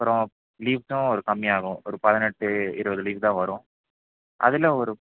அப்புறம் லீப்ஸும் ஒரு கம்மியாகும் ஒரு பதினெட்டு இருபது லீப் தான் வரும் அதில் ஒரு